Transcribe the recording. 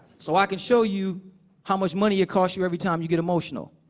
so i can show you how much money it costs you every time you get emotional.